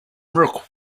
rook